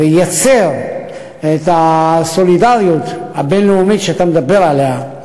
והוא ייצר את הסולידריות הבין-לאומית שאתה מדבר עליה,